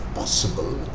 possible